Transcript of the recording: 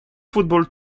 football